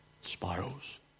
sparrows